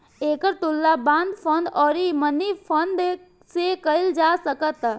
एकर तुलना bond fund अउरी money fund से कईल जा सकता